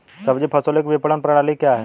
सब्जी फसलों की विपणन प्रणाली क्या है?